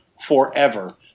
forever